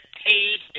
paid